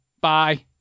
bye